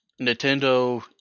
nintendo